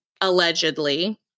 allegedly